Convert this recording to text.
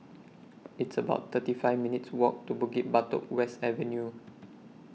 It's about thirty five minutes' Walk to Bukit Batok West Avenue